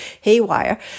haywire